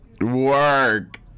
Work